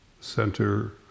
Center